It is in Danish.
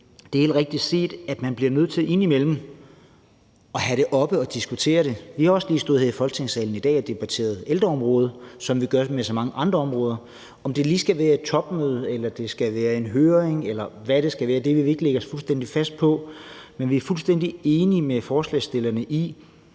det er helt rigtigt set, at man bliver nødt til indimellem at have det oppe og diskutere det. Vi har også lige stået her i Folketingssalen i dag og debatteret ældreområdet, som vi gør med så mange andre områder, og om det lige skal være et topmøde, eller om det skal være en høring, eller hvad det skal være, vil vi ikke lægge os fuldstændig fast på, men vi er fuldstændig enige med forslagsstillerne i,